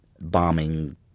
bombing